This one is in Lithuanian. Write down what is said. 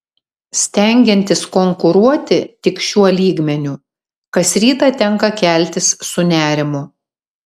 stengiantis konkuruoti tik šiuo lygmeniu kas rytą tenka keltis su nerimu